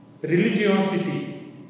religiosity